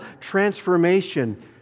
transformation